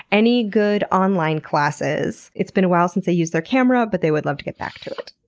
any good online classes? it's been a while since they used their camera, but they would love to get back to it.